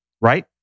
right